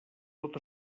tot